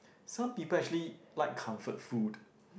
some people actually like comfort food